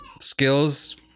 skills